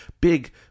big